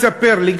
מספר לי,